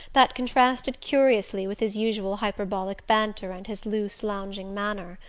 that contrasted curiously with his usual hyperbolic banter and his loose lounging manner.